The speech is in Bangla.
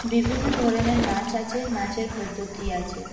বিভিন্ন ধরনের নাচ আছে নাচের পদ্ধতি আছে